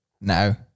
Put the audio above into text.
No